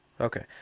okay